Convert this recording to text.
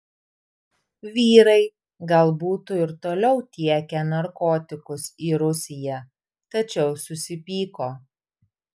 vyrai gal būtų ir toliau tiekę narkotikus į rusiją tačiau susipyko